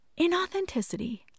Inauthenticity